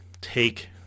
take